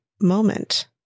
moment